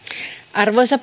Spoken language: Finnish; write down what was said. arvoisa